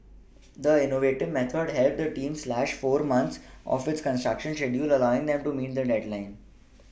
the innovative method helped the team slash four months off its construction check deal allowing them to meet the deadline